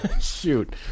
Shoot